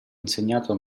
insegnato